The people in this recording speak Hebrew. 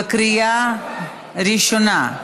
בקריאה ראשונה.